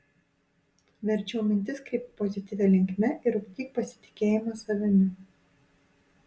verčiau mintis kreipk pozityvia linkme ir ugdyk pasitikėjimą savimi